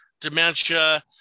dementia